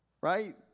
right